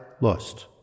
lost